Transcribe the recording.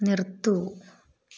നിർത്തൂ